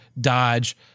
dodge